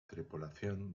tripulación